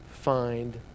find